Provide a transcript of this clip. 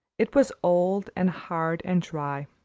it was old and hard and dry.